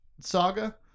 saga